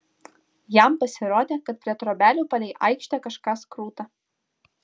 jam pasirodė kad prie trobelių palei aikštę kažkas kruta